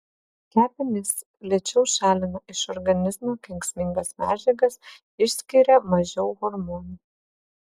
kepenys lėčiau šalina iš organizmo kenksmingas medžiagas išskiria mažiau hormonų